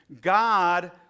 God